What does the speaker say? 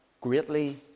greatly